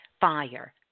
fire